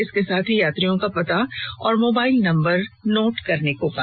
इसके साथ ही यात्रियों का पता और मोबाईल नम्बर नोट करने को कहा